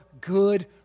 good